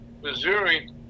Missouri